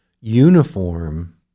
uniform